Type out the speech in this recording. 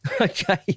Okay